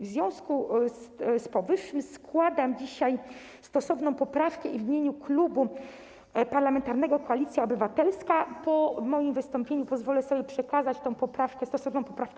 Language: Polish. W związku z powyższym składam dzisiaj stosowną poprawkę i w imieniu Klubu Parlamentarnego Koalicja Obywatelska po moim wystąpieniu pozwolę sobie przekazać pani marszałek stosowną poprawkę.